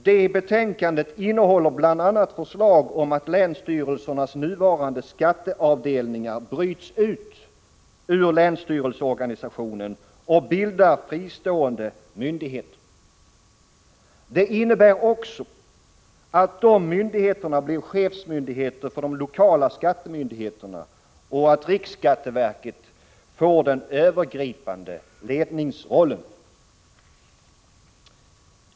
Detta betänkande innehåller bl.a. förslag om att länsstyrelsernas nuvarande skatteavdelningar bryts ut ur länsstyrelseorganisationen och bildar fristående myndigheter. Det innebär också att dessa myndigheter blir chefsmyndigheter för de lokala skattemyndigheterna och att riksskatteverket får den övergripande ledningsrollen.